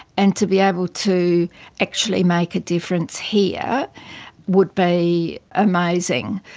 and to be able to actually make a difference here would be amazing.